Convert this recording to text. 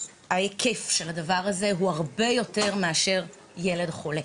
ההיקף של הדבר הזה הוא הרבה יותר גדול מאשר ילד חולה.